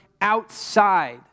outside